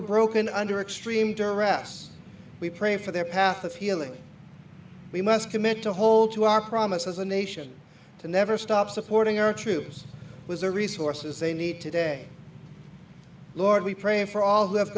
are broken under extreme duress we pray for their path of healing we must commit to hold to our promise as a nation to never stop supporting our troops was a resources they need today lord we pray for all who have